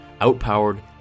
outpowered